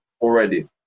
already